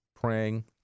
praying